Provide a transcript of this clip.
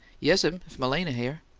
yes'm, if malena here.